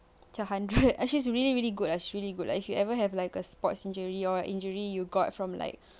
macam hundred she's really really good it's really good like if you ever have like a sports injury or a injury you got from like